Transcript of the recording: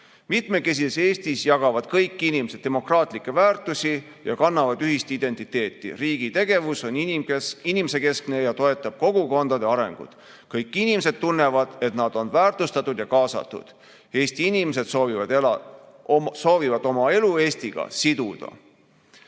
Mitmekesises Eestis jagavad kõik inimesed demokraatlikke väärtusi ja kannavad ühist Eesti identiteeti. Riigi tegevus on inimesekeskne ja toetab kogukondade arengut. Kõik inimesed tunnevad, et nad on väärtustatud ja kaasatud. Eesti inimesed soovivad oma elu Eestiga siduda